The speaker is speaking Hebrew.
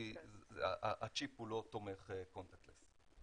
הצ'יפ לא תומך contact less.